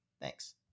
Thanks